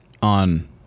On